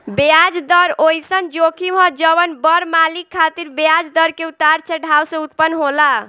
ब्याज दर ओइसन जोखिम ह जवन बड़ मालिक खातिर ब्याज दर के उतार चढ़ाव से उत्पन्न होला